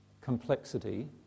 complexity